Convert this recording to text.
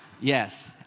Yes